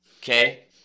okay